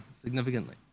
significantly